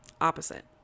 opposite